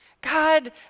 God